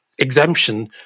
exemption